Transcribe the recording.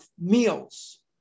meals